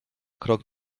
krok